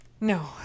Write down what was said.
No